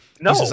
no